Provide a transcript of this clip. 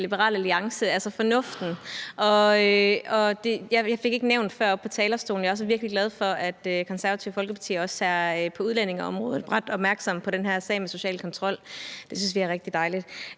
Liberal Alliance har, altså har fornuften. Jeg fik ikke nævnt før oppe på talerstolen, at jeg også er virkelig glad for, at Det Konservative Folkeparti på udlændingeområdet er ret opmærksomme på det her med social kontrol. Det synes vi er rigtig dejligt.